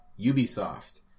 Ubisoft